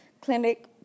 clinic